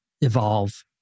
evolve